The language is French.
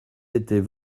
étaient